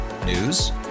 News